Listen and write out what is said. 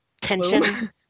tension